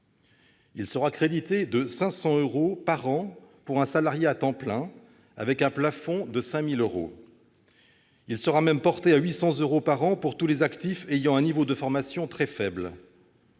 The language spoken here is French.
Il sera crédité de 500 euros par an pour un salarié à temps plein, avec un plafond à 5 000 euros. Il sera même porté à 800 euros par an pour tous les actifs ayant un niveau de formation très faible.